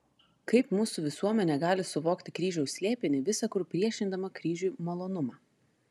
kaip mūsų visuomenė gali suvokti kryžiaus slėpinį visa kur priešindama kryžiui malonumą